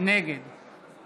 נגד